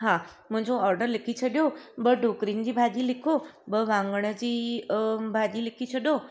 हा मुंहिंजो ऑडर लिखी छॾियो ॿ ढोकिरिन जी भाॼी लिखो ॿ वाङण जी भाॼी लिखी छॾो